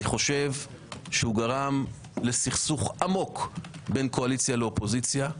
אני חושב שהוא גרם לסכסוך עמוק בין קואליציה לאופוזיציה.